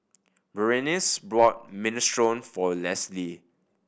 Berenice bought Minestrone for Lesli